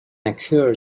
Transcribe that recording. occur